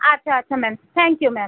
আচ্ছা আচ্ছা ma'am thank you ma'am